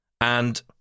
And-